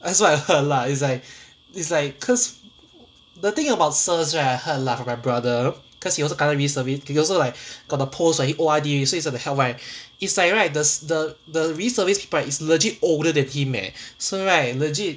that's what I heard lah it's like it's like cause the thing about sirs right I heard lah from my my brother cause he also kena reservice he also like got the post what he O_R_D already so it's like right the the the reservice people right is legit older than him eh so right legit